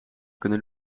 kunnen